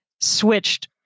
switched